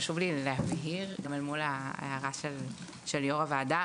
חשוב לי להבהיר אל מול ההערה של יושב-ראש הוועדה,